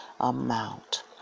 amount